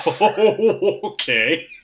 Okay